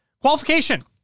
qualification